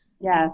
Yes